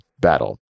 battle